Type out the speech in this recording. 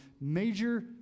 major